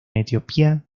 etiopía